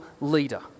leader